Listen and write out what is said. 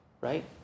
right